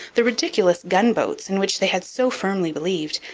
the ridiculous gunboats, in which they had so firmly believed,